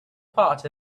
part